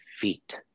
feet